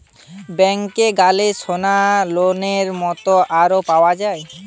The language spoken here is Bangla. ব্যাংকে গ্যালে সোনার লোনের মত আরো পাওয়া যায়